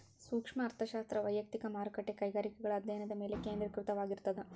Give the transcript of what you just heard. ಸೂಕ್ಷ್ಮ ಅರ್ಥಶಾಸ್ತ್ರ ವಯಕ್ತಿಕ ಮಾರುಕಟ್ಟೆ ಕೈಗಾರಿಕೆಗಳ ಅಧ್ಯಾಯನದ ಮೇಲೆ ಕೇಂದ್ರೇಕೃತವಾಗಿರ್ತದ